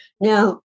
Now